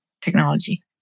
technology